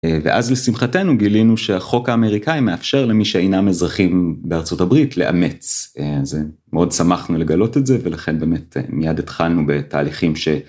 ואז לשמחתנו גילינו שהחוק האמריקאי מאפשר למי שאינם אזרחים בארצות הברית לאמץ. מאוד שמחנו לגלות את זה ולכן באמת מיד התחלנו בתהליכים ש...